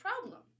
problem